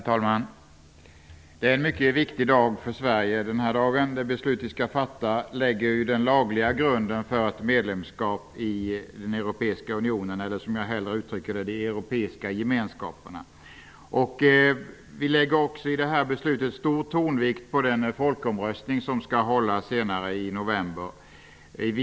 Herr talman! Den här dagen är mycket viktig för Sverige. Det beslut som vi skall fatta lägger den lagliga grunden för ett medlemskap i den europeiska unionen; jag säger hellre de europeiska gemenskaperna. I detta beslut lägger vi stor vikt vid den folkomröstning som skall hållas senare i november.